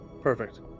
Perfect